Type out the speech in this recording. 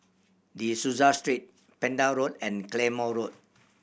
De Souza Street Pender Road and Claymore Road